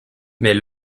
mais